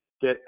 get